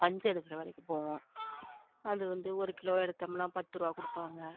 பஞ்செடுக்கிற வேலைக்குப் போவோம் அதுவந்து ஒரு கிலோ எடுத்தோம்னா பத்து ரூபா கொடுப்பாங்க